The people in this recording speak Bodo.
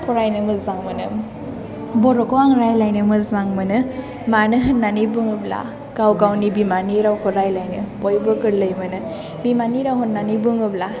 फरायनो मोजां मोनो बर'खौ आं रायज्लायनो मोजां मोनो मानो होननानै बुङोब्ला गाव गावनि बिमानि रावखौ रायज्लायनो बयबो गोरलै मोनो बिमानि राव होननानै बुङोब्ला